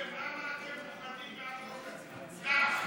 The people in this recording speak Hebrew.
למה אתם מוכנים, את זה?